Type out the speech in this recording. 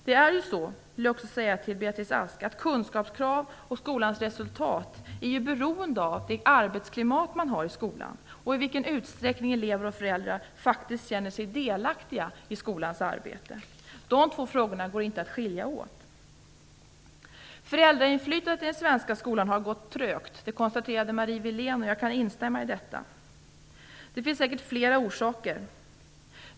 Det är ju så, Beatrice Ask, att kunskapskrav och skolans resultat är beroende av arbetsklimatet i skolan, i vilken utsträckning elever och föräldrar faktiskt känner sig delaktiga i skolans arbete. De två sakerna går inte att skilja åt. Utvecklingen av föräldrainflytandet i den svenska skolan har gått trögt. Det konstaterade Marie Wilén, och jag kan instämma i detta. Det finns säkert flera orsaker.